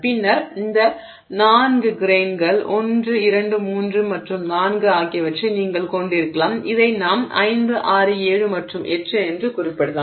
பின்னர் இந்த 4 கிரெய்ன்கள் 1 2 3 மற்றும் 4 ஆகியவற்றை நீங்கள் கொண்டிருக்கலாம் இதை நாம் 5 6 7 மற்றும் 8 என்று குறிப்பிடலாம்